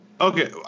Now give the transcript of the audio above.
Okay